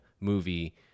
movie